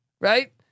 Right